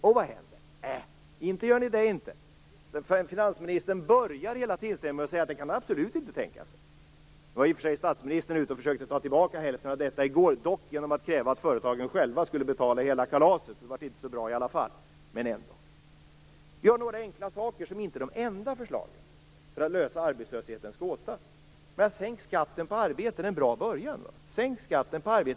Vad händer? Ni gör inte det. Finansministern börjar hela tillställningen med att säga att det kan han absolut inte tänka sig! Nu var i och för sig statsministern ute och försökte ta tillbaka hälften av detta i går, dock genom att kräva att företagen själva skulle betala hela kalaset. Det blev inte så bra i alla fall, men ändock. Vi har några enkla saker, som inte är de enda förslagen, för att lösa arbetslöshetens gåta. Sänk skatten på arbete! Det är en bra början. Sänk skatten på arbete!